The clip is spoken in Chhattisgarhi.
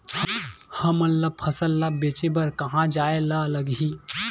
हमन ला फसल ला बेचे बर कहां जाये ला लगही?